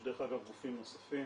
יש דרך אגב גופים נוספים,